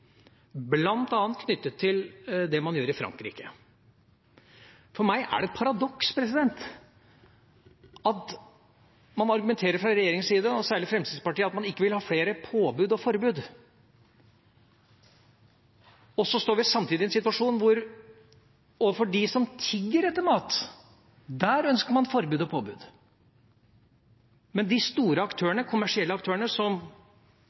knyttet til det man gjør i Frankrike. For meg er det et paradoks at man fra regjeringens, og særlig Fremskrittspartiets, side argumenterer med at man ikke vil ha flere påbud og forbud, mens man samtidig står i en situasjon hvor man overfor dem som tigger etter mat, ønsker forbud og påbud. Men overfor de store, kommersielle aktørene som